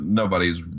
nobody's